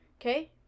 Okay